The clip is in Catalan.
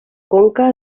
conca